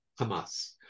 Hamas